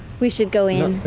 we should go in.